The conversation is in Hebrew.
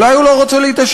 אולי הוא לא רוצה להתעשר,